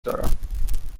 دارم